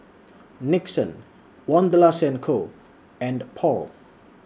Nixon Wanderlust and Co and Paul